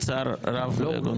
בצער רב וביגון